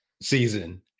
season